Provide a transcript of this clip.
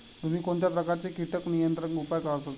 तुम्ही कोणत्या प्रकारचे कीटक नियंत्रण उपाय वापरता?